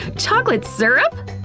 chocolate syrup?